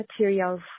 materials